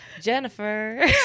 Jennifer